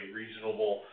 reasonable